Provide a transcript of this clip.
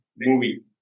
Movie